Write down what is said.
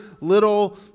little